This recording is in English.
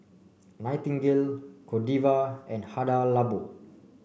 Nightingale Godiva and Hada Labo